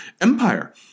empire